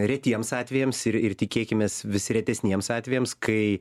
retiems atvejams ir ir tikėkimės visi retesniems atvejams kai